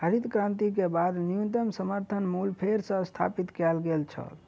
हरित क्रांति के बाद न्यूनतम समर्थन मूल्य फेर सॅ स्थापित कय गेल छल